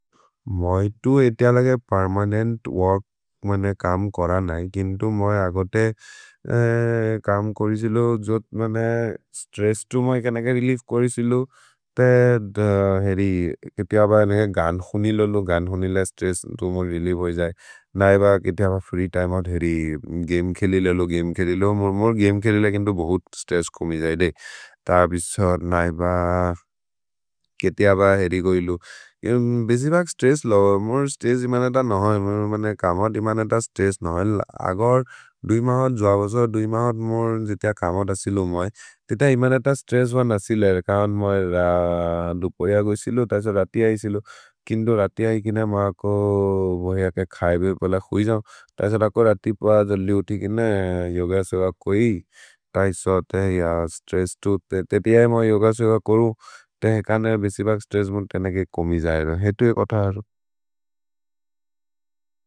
मै तु एति अलगे पेर्मनेन्त् वोर्क् मैने कम् कर नै, किन्तु मै अगते कम् कोरि सिलो जोत् मैने स्त्रेस्स् तु मै केनेके रेलिएफ् कोरि सिलो, ते हेरि केति अब नेके गान् हुनि लोलो, गान् हुनि ल स्त्रेस्स् तु मोर् रेलिएफ् होइ जये। नैब केति अब फ्री तिमे ओउत् हेरि, गमे खेलि लोलो, गमे खेलि लोलो, मोर् गमे खेलि ल केन्तु बोहुत् स्त्रेस्स् कुमि जये दे। त बिशो नैब केति अब हेरि गोएलु, बेसि बग् स्त्रेस्स् लो मोर् स्त्रेस्स् इमने त नहो, मैने कमहोत् इमने त स्त्रेस्स् नहो, अगर् दो महोत् जवजो। दो महोत् मोर् जितिअ कमहोत सिलो मै, तित इमने त स्त्रेस्स् ब न सिल, किन्तु रति है किन मा को भैय के खैबे बोल हुइ जओ। तैसो रको रति प जलि उति किन योग सोग कोइ, तैसो ते स्त्रेस्स् तु ते, ते ति है मा योग सोग करु, ते हेकन बेसि बग् स्त्रेस्स् मोर् तेनेके कुमि जये रओ, हेतु ए कत हरो।